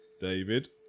David